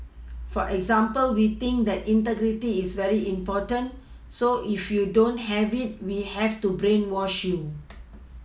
for example we think that integrity is very important so if you don't have it we have to brainwash you